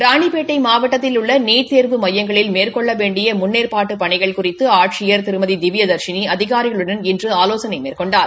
ராணிப்பேட்டை மாவட்டத்தில் உள்ள நீட் தேர்வு மையங்களில் மேற்கொள்ள வேண்டிய முன்னேற்பாடு பணிகள் குறித்து ஆட்சியர் திருமதி திவ்ய தர்ஷினி அதிகாரிகளுடன் இன்று ஆலோசனை மேற்எண்டார்